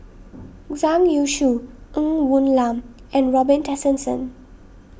Zhang Youshuo Ng Woon Lam and Robin Tessensohn